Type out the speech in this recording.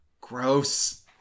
Gross